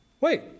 Wait